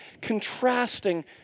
contrasting